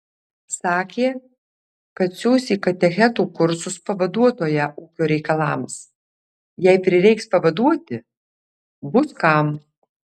sakė kad siųs į katechetų kursus pavaduotoją ūkio reikalams jei prireiks pavaduoti bus kam